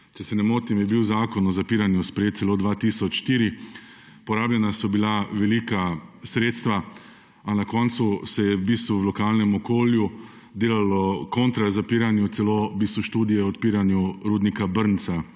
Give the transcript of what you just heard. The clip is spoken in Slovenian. Če se ne motim, je bil zakon o zapiranju sprejet celo leta 2004. Porabljena so bila velika sredstva, a na koncu se je v bistvu v lokalnem okolju delalo kontra zapiranju, celo študije o odpiranju novega rudnika Brnica